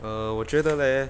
err 我觉得 leh